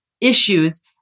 issues